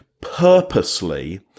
purposely